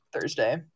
Thursday